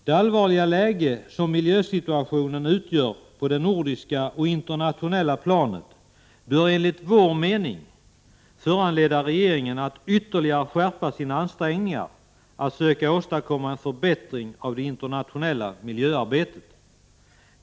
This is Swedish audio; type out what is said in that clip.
Det allvarliga läge som miljösituationen utgör på det nordiska och internationella planet bör enligt vår mening föranleda regeringen att ytterligare skärpa sina ansträngningar att söka åstadkomma en förbättring av det internationella miljöarbetet.